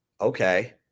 Okay